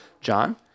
John